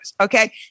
Okay